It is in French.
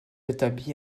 établis